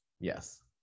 Yes